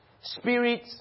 Spirit